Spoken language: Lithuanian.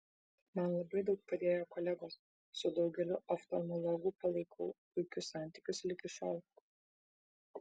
man labai daug padėjo kolegos su daugeliu oftalmologų palaikau puikius santykius ligi šiol